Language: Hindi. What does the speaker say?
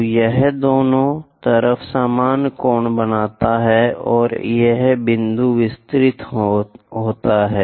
तो यह दोनों तरफ समान कोण बनाता है और यह बिंदु विस्तारित होता है